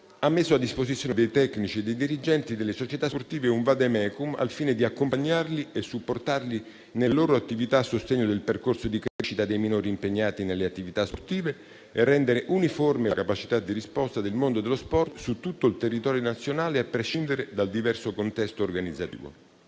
ha messo a disposizione dei tecnici e dei dirigenti delle società sportive un *vademecum,* al fine di accompagnarli e supportarli nelle loro attività a sostegno del percorso di crescita dei minori impegnati nelle attività sportive e rendere uniforme la capacità di risposta del mondo dello sport su tutto il territorio nazionale, a prescindere dal diverso contesto organizzativo.